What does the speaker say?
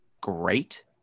great